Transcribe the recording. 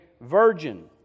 virgin